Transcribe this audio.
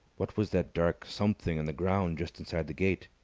what was that dark something on the ground just inside the gate?